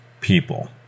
people